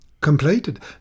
Completed